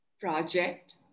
project